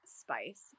spice